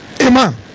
amen